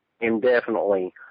indefinitely